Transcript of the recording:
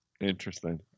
interesting